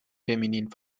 feminin